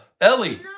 Ellie